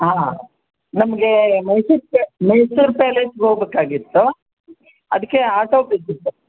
ಹಾಂ ನಮಗೆ ಮೈಸೂರು ಪೆ ಮೈಸೂರು ಪ್ಯಾಲೆಸಿಗೆ ಹೋಗ್ಬೇಕಾಗಿತ್ತು ಅದಕ್ಕೆ ಆಟೋ ಬೇಕಿತ್ತು